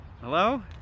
Hello